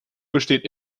besteht